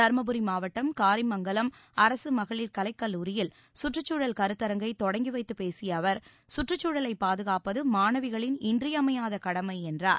தர்மபுரி மாவட்டம் காரிமங்கலம் அரசு மகளிர் கலைக் கல்லூரியில் சுற்றுச்சூழல் கருத்தரங்கை தொடங்கி வைத்துப் பேசிய அவர் சுற்றுச்சூழலை பாதுகாப்பது மாணவிகளின் இன்றியமையாத கடமை என்றார்